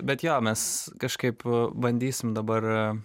bet jo mes kažkaip bandysim dabar